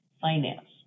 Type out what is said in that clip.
Finance